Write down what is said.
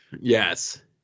Yes